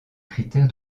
critère